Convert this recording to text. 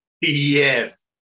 Yes